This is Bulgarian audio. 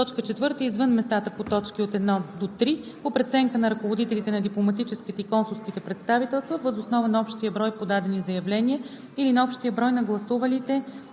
съюз; 4. извън местата по т. 1 – 3 по преценка на ръководителите на дипломатическите и консулските представителства въз основа на общия брой подадени заявления или на общия брой на гласувалите